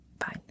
Fine